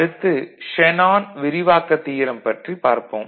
அடுத்து ஷேனான் விரிவாக்கத் தியரம் பற்றிப் பார்ப்போம்